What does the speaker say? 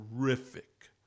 terrific